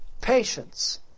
Patience